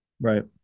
right